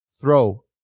throw